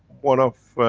one of.